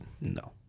No